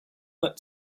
that